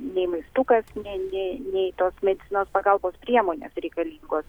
nei maistukas nei nei nei tos medicinos pagalbos priemonės reikalingos